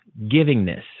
givingness